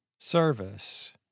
service